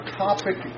topic